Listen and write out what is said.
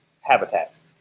habitats